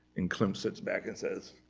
and klimt sits back and says,